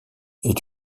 est